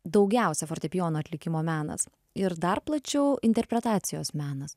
daugiausia fortepijono atlikimo menas ir dar plačiau interpretacijos menas